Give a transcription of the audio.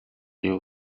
you